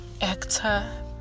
actor